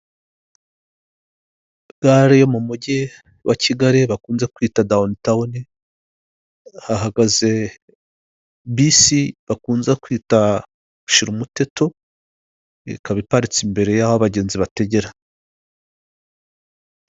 Gare yo mu mujyi wa kigali bakunze kwita dawuni tawuni, hahagaze bisi bakunze kwita shirumuteto, ikaba iparitse imbere y'aho abagenzi bategera.